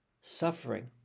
suffering